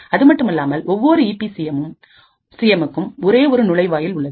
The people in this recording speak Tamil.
அதுமட்டுமல்லாமல் ஒவ்வொரு ஈபி சி எம்க்கும் ஒரே ஒரு நுழைவாயில் உள்ளது